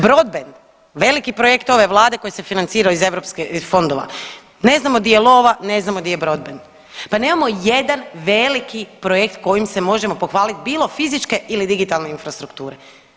Broadbend veliki projekt ove vlade koji se investirao iz EU fondova, ne znamo gdje je lova, ne znamo gdje je broadbend, pa nemamo jedan veliki projekt kojim se možemo pohvaliti bilo fizičke ili digitalne infrastrukture.